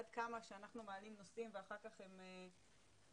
עד כמה שאנחנו מעלים נושאים ואחר-כך הם מתוקנים,